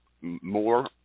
more